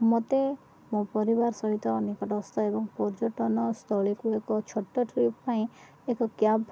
ମୋତେ ମୋ ପରିବାର ସହିତ ନିକଟସ୍ଥ ଏବଂ ପର୍ଯ୍ୟଟନସ୍ଥଳୀକୁ ଏକ ଛୋଟ ଟ୍ରିପ୍ ପାଇଁ ଏକ କ୍ୟାବ୍